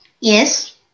Yes